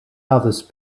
others